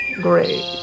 great